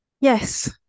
Yes